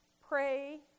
pray